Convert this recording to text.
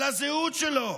על הזהות שלו,